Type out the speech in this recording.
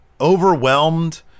overwhelmed